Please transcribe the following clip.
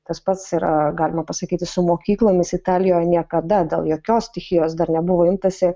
tas pats yra galima pasakyti su mokyklomis italijoje niekada dėl jokios stichijos dar nebuvo imtasi